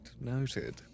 noted